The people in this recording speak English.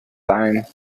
time